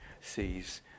sees